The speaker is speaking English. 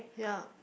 yup